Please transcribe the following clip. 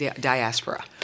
diaspora